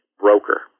broker